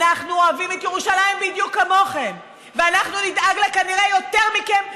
אנחנו אוהבים את ירושלים בדיוק כמוכם ואנחנו נדאג לה כנראה יותר מכם,